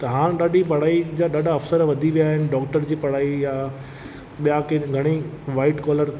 त हाण ॾाढी पढ़ाई जा ॾाढा अफ़सर वधी विया आहिनि डॉक्टर जी पढ़ाई आहे ॿियां किन घणेई वाइट कॉलर